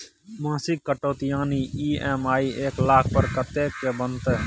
मासिक कटौती यानी ई.एम.आई एक लाख पर कत्ते के बनते?